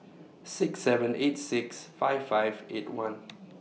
six seven eight six five five eight one